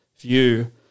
view